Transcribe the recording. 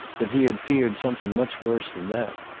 but he had feared something much worse than that.